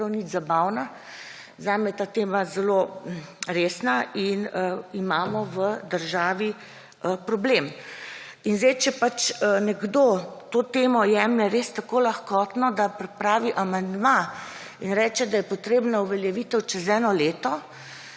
nič zabavna, zame je ta tema zelo resna in imamo v državi problem. In če pač nekdo to temo jemlje res tako lahkotno, da pripravi amandma in reče, da je potrebna uveljavitev čez eno leto,